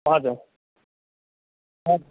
हजुर